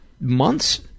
months